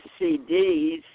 CDs